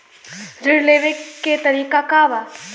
ऋण लेवे के तरीका का बा?